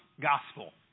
gospel